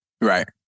Right